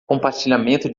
compartilhamento